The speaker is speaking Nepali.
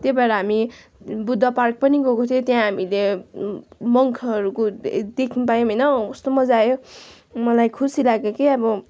त्यही भएर हामी बुद्ध पार्क पनि गएको थियौँ त्यहाँ हामीले मङ्कहरूको देख्न पायौँ होइन कस्तो मजा आयो मलाई खुसी लाग्यो कि अब